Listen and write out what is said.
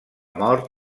mort